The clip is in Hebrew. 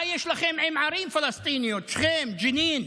מה יש לכם עם ערים פלסטיניות, שכם, ג'נין?